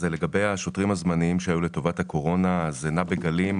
אז לגבי השוטרים הזמניים שהיו לטובת הקורונה זה נע בגלים,